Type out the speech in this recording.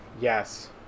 yes